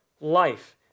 life